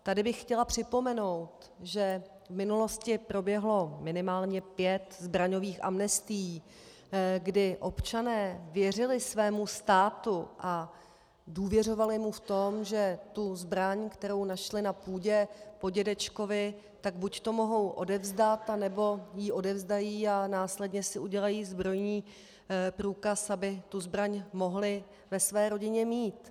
Tady bych chtěla připomenout, že v minulosti proběhlo minimálně pět zbraňových amnestií, kdy občané věřili svému státu a důvěřovali mu v tom, že tu zbraň, kterou našli na půdě po dědečkovi, tak buďto mohou odevzdat, nebo ji odevzdají a následně si udělají zbrojní průkaz, aby tu zbraň mohli ve své rodině mít.